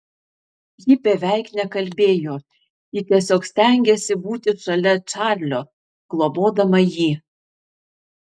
ji beveik nekalbėjo ji tiesiog stengėsi būti šalia čarlio globodama jį